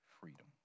freedom